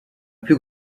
plus